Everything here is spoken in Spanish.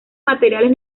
materiales